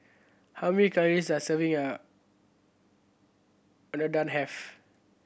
how many calories does serving a Unadon have